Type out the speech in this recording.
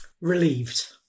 Relieved